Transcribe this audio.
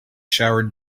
showered